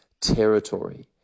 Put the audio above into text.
territory